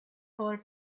thought